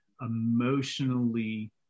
emotionally